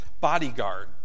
bodyguard